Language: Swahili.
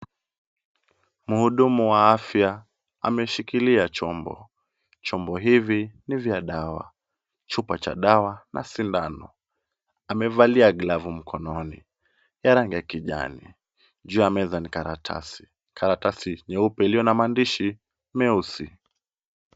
Mhudumu wa afya ameshikilia chombo. Chombo hiki ni cha dawa . Chupa cha dawa na sindano. Amevalia glavu mkononi ya rangi ya kijani. Juu ya meza ni karatasi nyeupe iliyo na maandishi meusi.